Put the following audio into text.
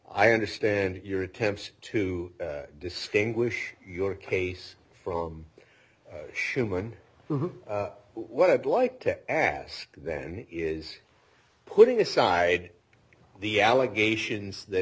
i understand your attempts to distinguish your case from schumann what i'd like to ask then is putting aside the allegations that